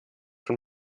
von